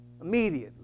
Immediately